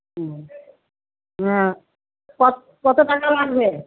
হুম হ্যাঁ কত কত টাকা লাগবে